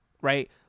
right